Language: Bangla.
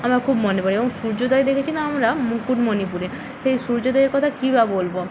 আমার খুব মনে পড়ে এবং সূর্যোদয় দেখেছিলাম আমরা মুকুটমণিপুরে সেই সূর্যোদয়ের কথা কী বা বলব